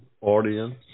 audience